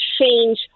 change